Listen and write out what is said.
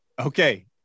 okay